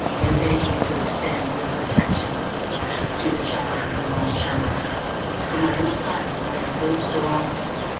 and beg you to extend your protection to the child of your lost charlotte for my own part i have wrote so often,